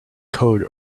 code